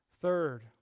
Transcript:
Third